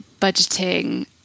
budgeting